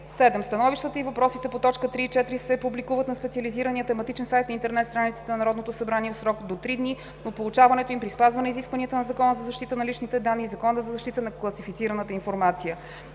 7. Становищата и въпросите по т. 3 и 4 се публикуват на специализирания тематичен сайт на интернет страницата на Народното събрание в срок до 3 дни от получаването им при спазване изискванията на Закона за защита на личните данни и Закона за защита на класифицираната информация.